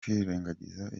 kwirengagiza